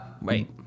Wait